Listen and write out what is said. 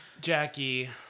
Jackie